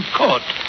court